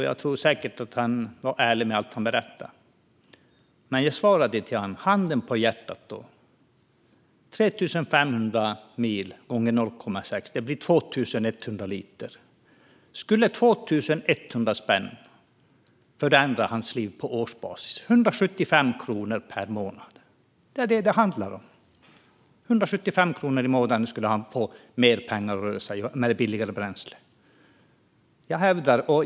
Jag tror säkert att han var ärlig med allt han berättade, men jag svarade honom att 3 500 mil gånger 0,6 liter blir 2 100 liter, och handen på hjärtat - skulle 2 100 spänn förändra hans liv på årsbasis? Det är 175 kronor per månad. Det är vad det handlar om. Han skulle få 175 kronor mer i månaden att röra sig med om bränslet blev billigare.